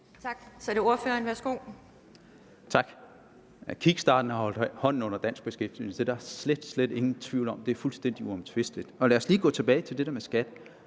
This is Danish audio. John Dyrby Paulsen (S): Tak. Kickstarten har holdt hånden under dansk beskæftigelse. Det er der slet, slet ingen tvivl om, det er fuldstændig uomtvisteligt. Lad os lige gå tilbage til det der med skat.